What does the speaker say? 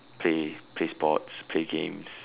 play play sports play games